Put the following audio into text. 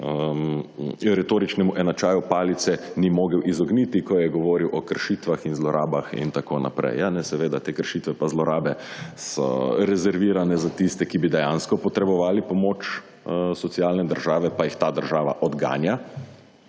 retoričnemu enačaju palice ni mogel izogniti, ko je govoril o kršitvah in zlorabah in tako naprej. Ja ne, seveda, te kršitve pa zlorabe so rezervirane za tiste, ki bi dejansko potrebovali pomoč socialne države, pa jih ta država odganja,